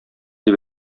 дип